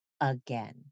again